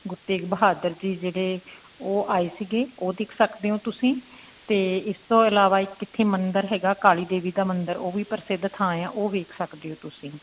ਗੁਰੂ ਤੇਗ ਬਹਾਦਰ ਜੀ ਜਿਹੜੇ ਉਹ ਆਏ ਸੀਗੇ ਉਹ ਦੇਖ ਸਕਦੇ ਹੋ ਤੁਸੀਂ ਅਤੇ ਇਸ ਤੋਂ ਇਲਾਵਾ ਇੱਕ ਇੱਥੇ ਮੰਦਰ ਹੈਗਾ ਕਾਲੀ ਦੇਵੀ ਦਾ ਮੰਦਰ ਉਹ ਵੀ ਪ੍ਰਸਿੱਧ ਥਾਂ ਆ ਉਹ ਵੇਖ ਸਕਦੇ ਹੋ ਤੁਸੀਂ